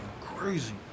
crazy